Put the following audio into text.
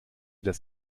das